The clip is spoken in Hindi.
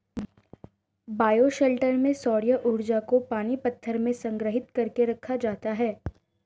बायोशेल्टर में सौर्य ऊर्जा को पानी पत्थर में संग्रहित कर के रखा जाता है